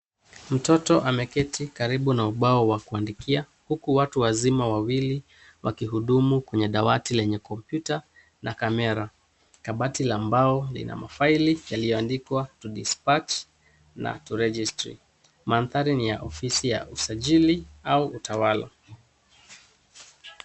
Mtoto ameketi karibu na ubao wa kuandikia huku watu wazima wawili wakihudumu kwenye dawati lenye kompyuta na kamera. Kabati la mbao lina mafaili yaliyoandikwa to dispatch na to register . Mandhari ni ya ofisi ya uasajili au utawala.